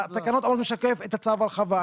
אבל התקנות אמורות לשקף את צו ההרחבה,